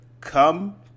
come